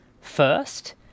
First